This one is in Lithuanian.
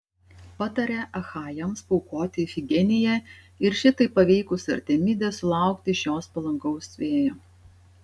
patarė achajams paaukoti ifigeniją ir šitaip paveikus artemidę sulaukti iš jos palankaus vėjo